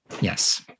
Yes